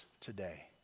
today